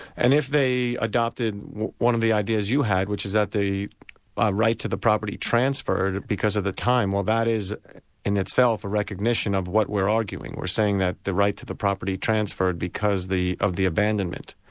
and if they adopted one of the ideas you had, which is that the ah right to the property transferred because of the time, well that is in itself a recognition of what we're arguing. we're saying that the right to the property transferred because of the abandonment.